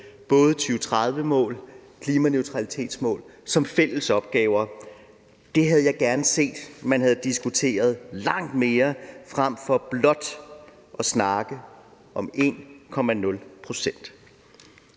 både 2030-mål og klimaneutralitetsmål som fælles opgaver. Det havde jeg gerne set man havde diskuteret langt mere frem for blot at snakke om 1,0 pct.